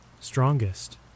strongest